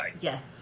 Yes